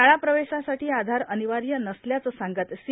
शाळाप्रवेशासाठी आधार अनिवार्य नसल्याचं सांगत सी